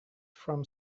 from